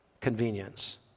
convenience